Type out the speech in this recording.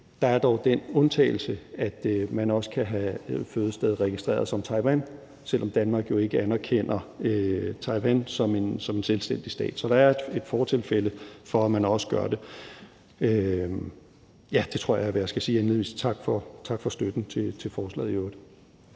Der er dog den undtagelse, at man også kan have fødested registreret som Taiwan, selv om Danmark jo ikke anerkender Taiwan som en selvstændig stat. Så der er et fortilfælde for, at man også gør det. Det tror jeg er, hvad jeg skal sige indledningsvis. Tak for støtten til forslaget i øvrigt.